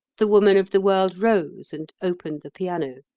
the woman of the world rose and opened the piano.